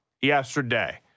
yesterday